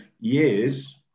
years